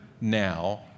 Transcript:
now